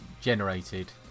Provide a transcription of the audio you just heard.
generated